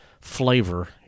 flavor